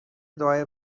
دعای